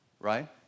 Right